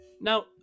Now